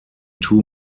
two